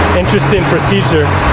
interesting procedure.